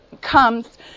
comes